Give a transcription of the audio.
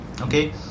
okay